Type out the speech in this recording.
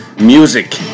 music